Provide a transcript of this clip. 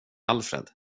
alfred